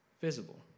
visible